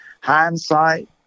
hindsight